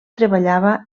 treballava